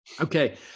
Okay